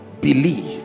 Believe